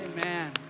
Amen